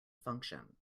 function